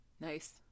Nice